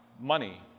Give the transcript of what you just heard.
money